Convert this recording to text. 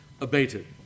abated